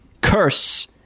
curse